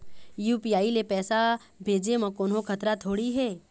UPI ले पैसे भेजे म कोन्हो खतरा थोड़ी हे?